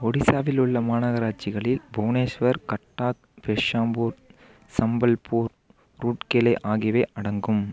ஒடிசாவில் உள்ள மாநகராட்சிகளில் புவனேஸ்வர் கட்டாக் பெர்ஷாம்பூர் சம்பல்பூர் ரூட்கேலே ஆகியவை அடங்கும்